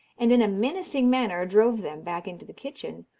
and in a menacing manner drove them back into the kitchen,